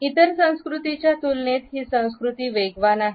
इतर संस्कृतींच्या तुलनेत ही संस्कृती वेगवान आहे